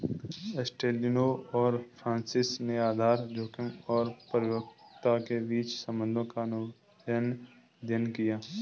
एस्टेलिनो और फ्रांसिस ने आधार जोखिम और परिपक्वता के बीच संबंधों का अनुभवजन्य अध्ययन किया